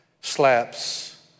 slaps